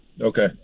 Okay